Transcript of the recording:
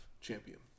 champion